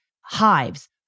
hives